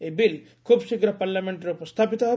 ଏହି ବିଲ୍ ଖୁବ୍ ଶୀଘ୍ର ପାର୍ଲାମେଣ୍ଟରେ ଉପସ୍ଥାପିତ ହେବ